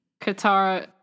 Katara